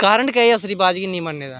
कारण केह् ऐ उस रवाज गी नेईं मनन्ने दा